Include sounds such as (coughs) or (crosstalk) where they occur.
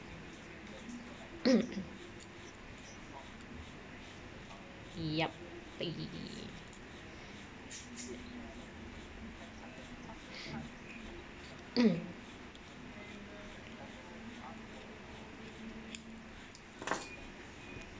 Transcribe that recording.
(coughs) yup (noise) (coughs) mm